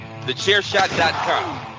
TheChairShot.com